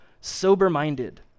sober-minded